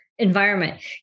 environment